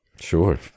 Sure